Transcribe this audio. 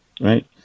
right